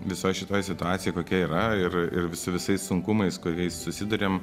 visoj šitoj situacijoj kokia yra ir ir su visais sunkumais kuriais susiduriam